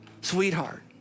sweetheart